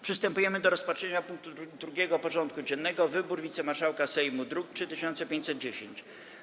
Przystępujemy do rozpatrzenia punktu 2. porządku dziennego: Wybór wicemarszałka Sejmu (druk nr 3510)